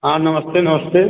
हाँ नमस्ते नमस्ते